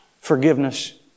forgiveness